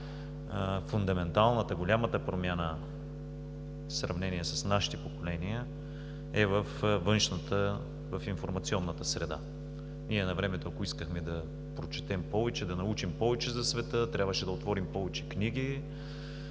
Фундаменталната, голямата промяна, в сравнение с нашите поколения, е във външната, в информационната среда. Ние навремето, ако искахме да прочетем повече, да научим повече за света, трябваше да отворим повече книги,